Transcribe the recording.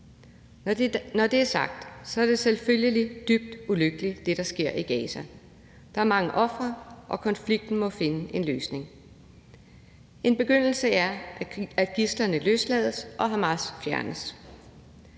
er det, der sker i Gaza, selvfølgelig dybt ulykkeligt. Der er mange ofre, og konflikten må finde en løsning. En begyndelse er, at gidslerne løslades, og at Hamas fjernes.